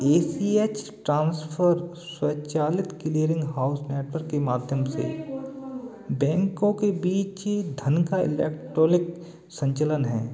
ए C H transfer स्वचालित clearing house network के माध्यम से बैंको के बीच धन का इलेक्ट्रॉलिक संचलन है